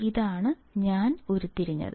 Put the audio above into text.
ഇതാണ് ഞാൻ ഉരുത്തിരിഞ്ഞത്